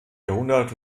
jahrhundert